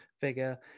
figure